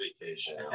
vacation